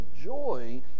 joy